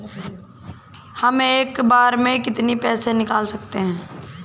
हम एक बार में कितनी पैसे निकाल सकते हैं?